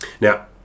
Now